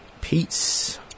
peace